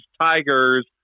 tigers